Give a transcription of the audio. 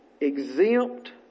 exempt